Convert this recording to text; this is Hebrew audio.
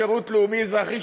שירות לאומי-אזרחי,